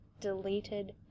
deleted